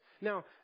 Now